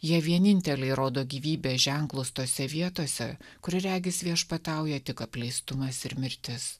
jie vieninteliai rodo gyvybės ženklus tose vietose kur regis viešpatauja tik apleistumas ir mirtis